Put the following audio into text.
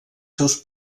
seus